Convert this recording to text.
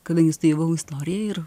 kadangi studijavau istoriją ir